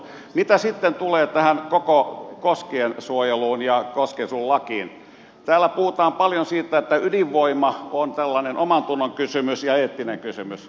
mitä sitten tulee tähän koko koskiensuojeluun ja koskiensuojelulakiin täällä puhutaan paljon siitä että ydinvoima on tällainen omantunnon kysymys ja eettinen kysymys